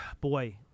Boy